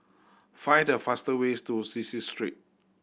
find the faster ways to Cecil Street